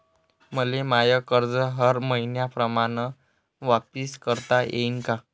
मले माय कर्ज हर मईन्याप्रमाणं वापिस करता येईन का?